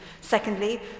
Secondly